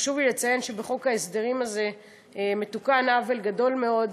חשוב לי לצין שבחוק ההסדרים הזה מתוקן עוול גדול מאוד,